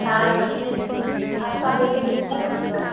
हाँ नमस्ते आपका ब्यूटी